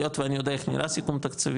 היות ואני יודע איך נראה סיכום תקציבי,